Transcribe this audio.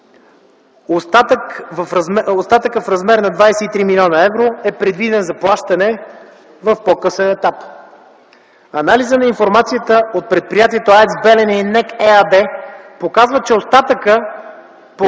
Остатъкът в размер на 23 млн. евро е предвиден за плащане в по-късен етап. Анализът на информацията от предприятието АЕЦ „Белене” и НЕК ЕАД показва, че остатъкът по